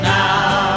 now